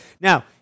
Now